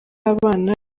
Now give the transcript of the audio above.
abana